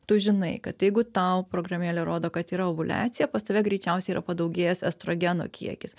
tu žinai kad jeigu tau programėlė rodo kad yra ovuliacija pas tave greičiausiai yra padaugėjęs estrogeno kiekis